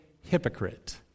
hypocrite